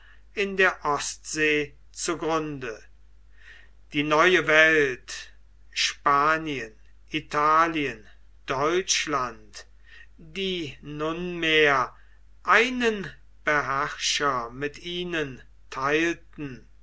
in der ostsee zu grunde die neue welt spanien italien deutschland die nunmehr einen beherrscher mit ihnen theilten